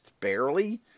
barely